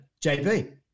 JB